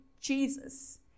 Jesus